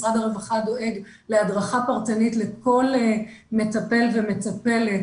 משרד הרווחה דואג להדרכה פרטנית לכל מטפל ומטפלת,